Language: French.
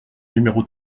numéro